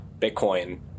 Bitcoin